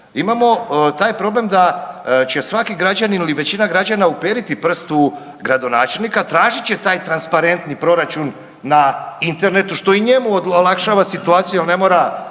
imamo taj problem da će svaki građanin ili većina građana uperiti prst u gradonačelnika, tražit će taj transparentni proračun na internetu, što i njemu olakšava situaciju jel ne mora